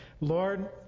Lord